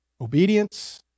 obedience